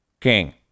King